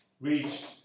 reached